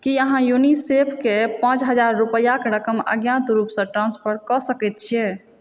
की अहाँ यूनिसेफ के पाँच हजार रुपैयाक रकम अज्ञात रूपसँ ट्रांसफर कऽ सकैत छियै